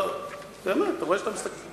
אני מקשיב בקשב רב.